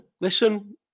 listen